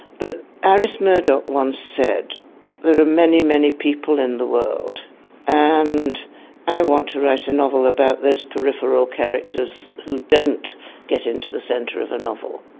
but iris murdoch once said there are many, many people in the world and i want to write a novel about those peripheral characters who don't get into the centre of a novel.